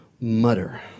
mutter